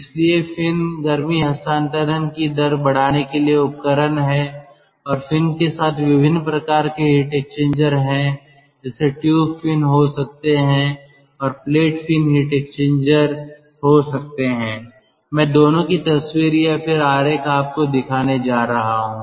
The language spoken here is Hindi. इसलिए फिन गर्मी हस्तांतरण की दर बढ़ाने के लिए उपकरण हैं और फिन के साथ विभिन्न प्रकार के हीट एक्सचेंजर हैं जैसे ट्यूब फिन हो सकते हैं और प्लेट फिन हीट एक्सचेंजर हो सकते हैं मैं दोनों की तस्वीर या फिर आरेख आप को दिखाने जा रहा हूं